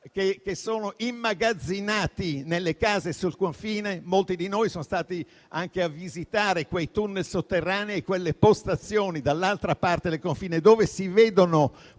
che sono immagazzinati nelle case e sul confine. Molti di noi hanno visitato i tunnel sotterranei e le postazioni dall'altra parte del confine, dove si vede